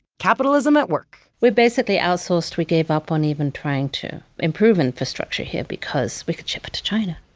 capitalism at work! we basically outsourced, we gave up on even trying to improve infrastructure here because we could ship it to china!